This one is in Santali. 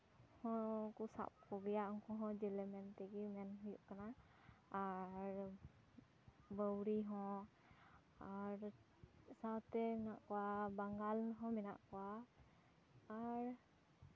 ᱦᱚᱸ ᱠᱚ ᱥᱟᱵ ᱠᱚᱜᱮᱭᱟ ᱩᱱᱠᱩ ᱦᱚᱸ ᱡᱮᱞᱮ ᱢᱮᱱ ᱛᱮᱜᱮ ᱢᱮᱱ ᱦᱩᱭᱩᱜ ᱠᱟᱱᱟ ᱟᱨ ᱵᱟᱹᱣᱨᱤ ᱦᱚᱸ ᱟᱨ ᱥᱟᱶᱛᱮ ᱢᱮᱱᱟᱜ ᱠᱚᱣᱟ ᱵᱟᱝᱜᱟᱞ ᱦᱚᱸ ᱢᱮᱱᱟᱜ ᱠᱚᱣᱟ ᱟᱨ